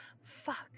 fuck